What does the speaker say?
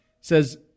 says